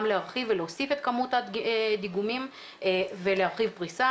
להרחיב ולהוסיף את כמות הדיגומים ולהרחיב פריסה.